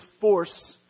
force